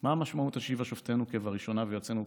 מה המשמעות של "השיבה שופטינו כבראשונה ויועצינו כבתחילה".